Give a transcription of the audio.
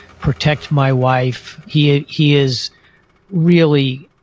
protect my wife. he he is really,